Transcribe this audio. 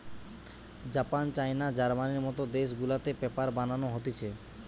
Japan, China, জার্মানির মত দেশ গুলাতে পেপার বানানো হতিছে